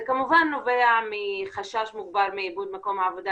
זה כמובן נובע מחשש מוגבר לאיבוד מקום העבודה,